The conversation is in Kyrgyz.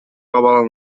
абалы